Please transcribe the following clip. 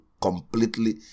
completely